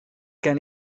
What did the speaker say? gen